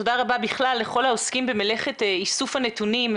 תודה רבה בכלל לכל העוסקים במלאכת איסוף הנתונים ,